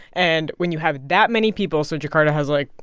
and when you have that many people so jakarta has, like,